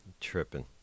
Tripping